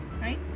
right